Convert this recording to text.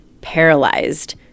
paralyzed